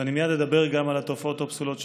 ואני מייד אדבר גם על התופעות הפסולות שהזכרת,